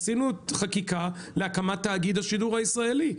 למשל, עשינו חקיקה להקמת תאגיד השידור הישראלי.